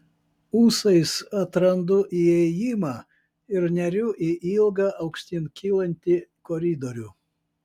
ūsais atrandu įėjimą ir neriu į ilgą aukštyn kylantį koridorių